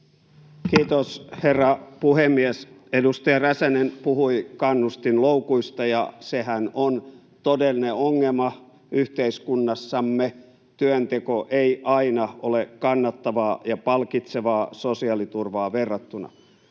Kiitos, herra puhemies! Edustaja Räsänen puhui kannustinloukuista, ja nehän ovat todellinen ongelma yhteiskunnassamme. Työnteko ei aina ole kannattavaa ja palkitsevaa sosiaaliturvaan verrattuna.